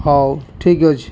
ହଉ ଠିକ୍ ଅଛି